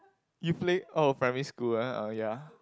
you play oh primary school ah oh ya